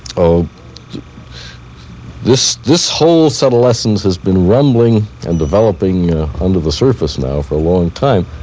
ah this this whole subtle essence has been rumbling and developing onto the surface, now, for a long time.